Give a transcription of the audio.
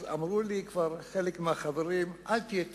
אז אמרו לי כבר חלק מהחברים: אל תהיה תמים,